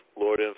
Lord